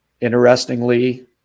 interestingly